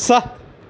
سَتھ